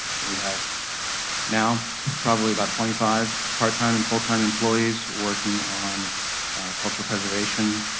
we have now probably about twenty-five part-time and full-time employees working on cultural preservation.